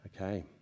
Okay